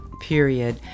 period